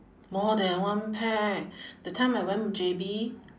more than one pack that time I went J_B